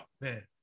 man